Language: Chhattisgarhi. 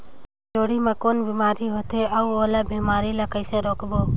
जोणी मा कौन बीमारी होथे अउ ओला बीमारी ला कइसे रोकबो?